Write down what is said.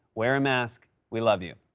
wear a mask. we love you.